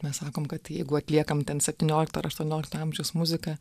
mes sakom kad jeigu atliekam ten septyniolikto ar aštuoniolikto amžiaus muziką